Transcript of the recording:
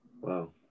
Wow